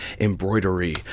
embroidery